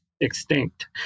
extinct